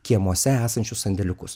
kiemuose esančius sandėliukus